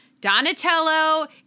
Donatello